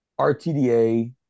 RTDA